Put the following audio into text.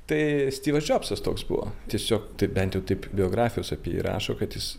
tai styvas džobsas toks buvo tiesiog taip bent jau taip biografijos apie jį rašo kad jis